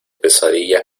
pesadilla